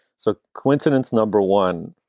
so coincidence number one?